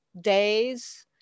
days